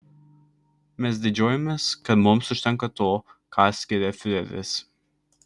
mes didžiuojamės kad mums užtenka to ką skiria fiureris